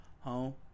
Home